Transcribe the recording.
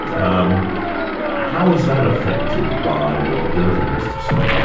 um how is that affected by what godel has to say?